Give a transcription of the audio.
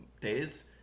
days